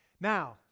Now